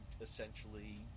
essentially